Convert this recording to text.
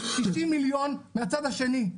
90 מיליון מהצד השני.